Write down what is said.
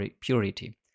purity